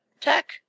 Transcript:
tech